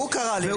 הוא קרא לי.